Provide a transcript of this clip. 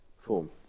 form